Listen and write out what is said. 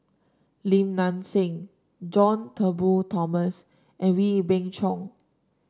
Lim Nang Seng John Turnbull Thomson and Wee Beng Chong